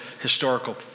historical